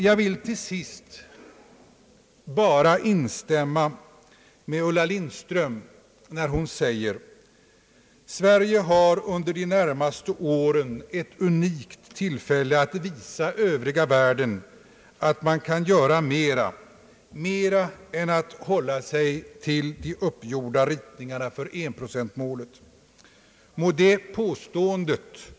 Jag vill till sist bara instämma med fru Ulla Lindström när hon säger att Sverige under de närmaste åren har ett unikt tillfälle att visa den Övriga världen att man kan göra mera, mera än att hålla sig till de uppgjorda ritningarna för enprocentsmålet. Må det påståendet bli taget på allvar.